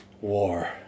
War